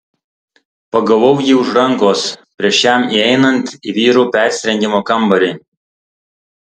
pagavau jį už rankos prieš jam įeinant į vyrų persirengimo kambarį